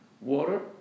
Water